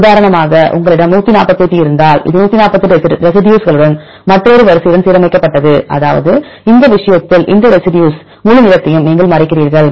உதாரணமாக உங்களிடம் 148 இருந்தால் இது 148 ரெசி டியூஸ் களுடன் மற்றொரு வரிசையுடன் சீரமைக்கப்பட்டது அதாவது இந்த விஷயத்தில் இந்த ரெசி டியூஸ் முழு நீளத்தையும் நீங்கள் மறைக்கிறீர்கள்